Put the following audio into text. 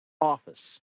office